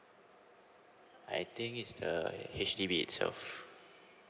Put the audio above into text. I think It's the H_D_B itself